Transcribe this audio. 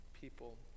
people